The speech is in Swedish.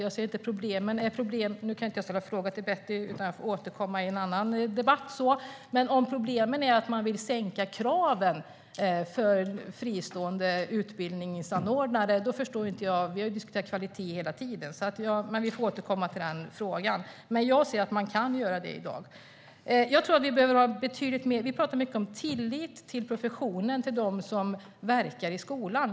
Jag ser inte problemen. Nu kan jag inte ställa någon fråga till Betty Malmberg, utan jag får återkomma i en annan debatt. Men om problemet är att man vill sänka kraven för fristående utbildningsanordnare förstår jag det inte, för vi har ju diskuterat kvalitet hela tiden. Men vi får återkomma till den frågan. Vi pratar mycket om tillit till professionen, till dem som verkar i skolan.